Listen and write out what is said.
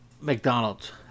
McDonald's